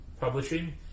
Publishing